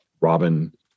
Robin